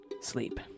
sleep